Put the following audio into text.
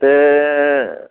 हिते